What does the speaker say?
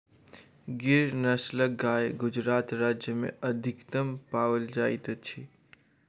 गिर नस्लक गाय गुजरात राज्य में अधिकतम पाओल जाइत अछि